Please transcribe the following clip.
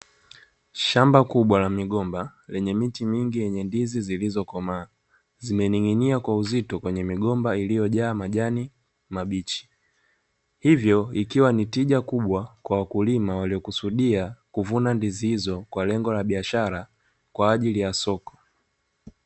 Shamba kubwa la migomba lenye miti mingi yenye ndizi zilizokomaa, zimening'inia kwa uzito kwenye migomba iliyojaa majani mabichi, hivyo ikiwa ni tija kubwa kwa wakulima kusudia kuvuna ndizi hizo kwa lengo la biashara kwajili ya soko.